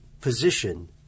position